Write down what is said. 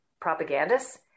propagandists